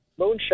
moonshot